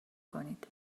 کنید